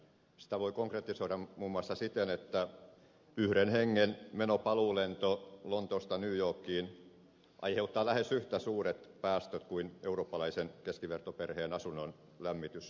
sitä voi konkretisoida muun muassa siten että yhden hengen menopaluu lento lontoosta new yorkiin aiheuttaa lähes yhtä suuret päästöt kuin eurooppalaisen keskivertoperheen asunnon lämmitys vuodessa